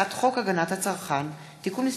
הצעת חוק הגנת הצרכן (תיקון מס'